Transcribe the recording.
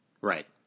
Right